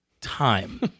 time